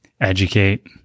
educate